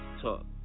talk